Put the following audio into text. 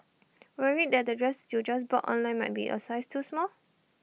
worried that the dress you just bought online might be A size too small